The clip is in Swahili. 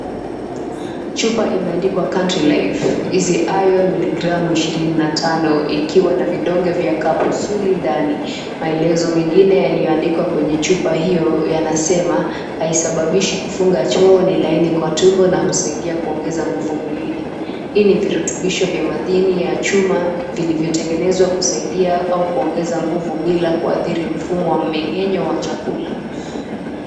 Chupa imeandikwa Country Life Easy Iron 25mg ikiwa na vidonge vya kapusuli ndani. Maelezo mengine yaliyoandikwa kwenye chupa hio yanasema haisababishi kufunga choo, ni laini kwa tumbo na kusaidia kuongeza nguvu mwilini. Hii ni virutubisho vya madini ya chuma, vilivyotengenezwa kusaidia au kuongeza nguvu bila kuadhiri mfumo wa mmeng'enyo wa chakula.